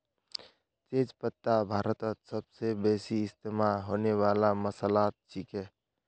तेज पत्ता भारतत सबस बेसी इस्तमा होने वाला मसालात छिके